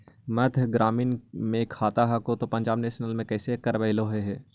मध्य ग्रामीण मे खाता हको तौ पंजाब नेशनल पर कैसे करैलहो हे?